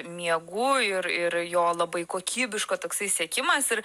miegu ir ir jo labai kokybiško toksai siekimas ir